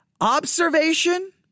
Observation